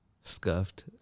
Scuffed